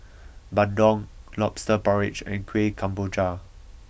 Bandung Lobster Porridge and Kueh Kemboja